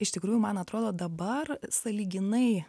iš tikrųjų man atrodo dabar sąlyginai